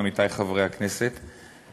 עמיתי חברי הכנסת,